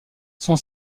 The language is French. son